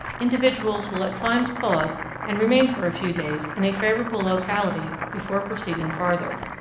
individuals will at times pause and remain for a few days in a favourable locality before proceeding farther.